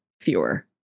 fewer